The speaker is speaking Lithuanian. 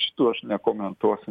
šitų aš nekomentuosiu